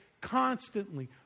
constantly